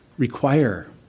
require